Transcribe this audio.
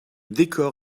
décor